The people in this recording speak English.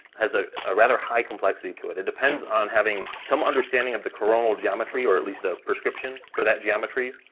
has ah a rather high complexity to it, it depends on having some understanding of the coronal geometry, or at least a prescription for that geometry,